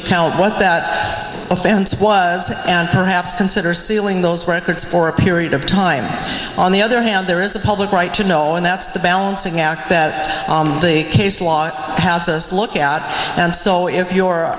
account what that offense was and perhaps consider sealing those records for a period of time on the other hand there is a public right to know and that's the balancing act that the case law has us look out and so if your